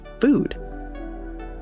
food